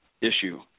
issue